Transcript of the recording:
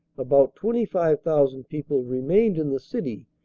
about twenty five thousand people remained in the city,